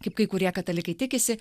kaip kai kurie katalikai tikisi